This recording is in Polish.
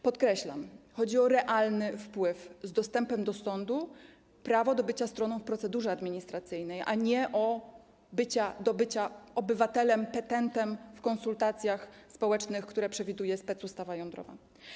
Podkreślam: chodziło o realny wpływ z dostępem do sądu, o prawo do bycia stroną w procedurze administracyjnej, a nie do bycia obywatelem, petentem w konsultacjach społecznych, które przewiduje specustawa jądrowa.